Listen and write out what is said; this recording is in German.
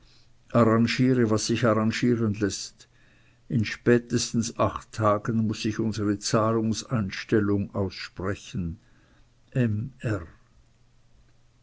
was sich arrangieren läßt in spätestens acht tagen muß ich unsere zahlungseinstellung aussprechen